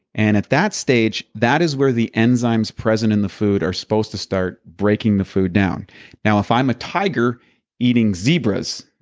and at that stage, that is where the enzymes present in the food are supposed to start breaking the food down now, if i'm a tiger eating zebras,